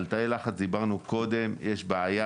על תאי לחץ דיברנו קודם יש בעיה